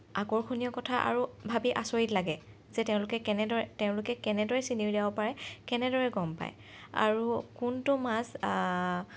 আকৰ্ষণীয় কথা আৰু ভাবি আচৰিত লাগে যে তেওঁলোকে কেনেদৰে তেওঁলোকে কেনেদৰে চিনি উলিয়াব পাৰে কেনেদৰে গম পায় আৰু কোনটো মাছ